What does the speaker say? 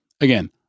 again